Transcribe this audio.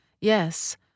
Yes